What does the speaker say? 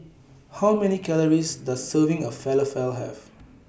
How Many Calories Does Serving of Falafel Have